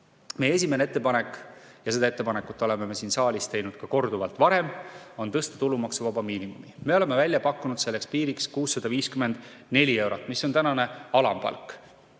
Meie esimene ettepanek – ja seda ettepanekut oleme me siin saalis teinud korduvalt ka varem – on tõsta tulumaksuvaba miinimumi. Me oleme selleks piiriks välja pakkunud 654 eurot, mis on tänane alampalk